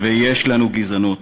ויש לנו גזענות.